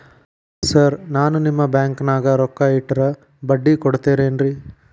Sir ನಾನು ನಿಮ್ಮ ಬ್ಯಾಂಕನಾಗ ರೊಕ್ಕ ಇಟ್ಟರ ಬಡ್ಡಿ ಕೊಡತೇರೇನ್ರಿ?